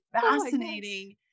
fascinating